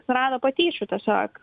surado patyčių tiesiog